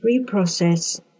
reprocess